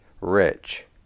Rich